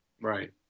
Right